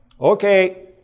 okay